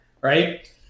right